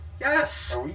Yes